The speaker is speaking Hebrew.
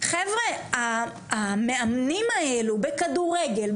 חבר'ה המאמנים האלו בכדור-רגל,